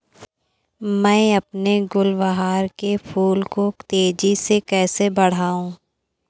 मैं अपने गुलवहार के फूल को तेजी से कैसे बढाऊं?